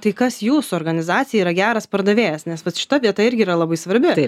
o tai kas jūsų organizacijai yra geras pardavėjas nes vat šita vieta irgi yra labai svarbi